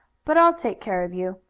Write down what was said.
but i'll take care of you.